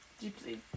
deeply